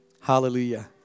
Hallelujah